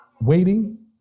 waiting